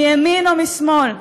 מימין ומשמאל,